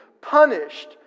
punished